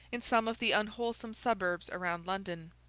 in some of the unwholesome suburbs around london.